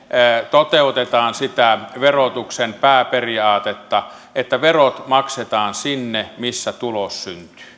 toteutetaan sitä verotuksen pääperiaatetta että verot maksetaan sinne missä tulos